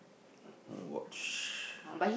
watch